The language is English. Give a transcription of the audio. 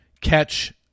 catch